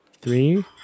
three